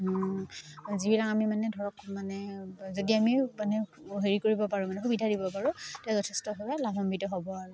যিবিলাক আমি মানে ধৰক মানে যদি আমি মানে হেৰি কৰিব পাৰোঁ মানে সুবিধা দিব পাৰোঁ তে যথেষ্টভাৱে লাভান্বিত হ'ব আৰু